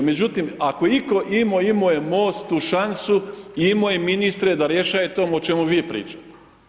Međutim, ako je itko imao, imao je MOST tu šansu i imao je ministre da rješaje to o čemu vi pričate.